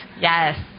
Yes